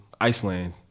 Iceland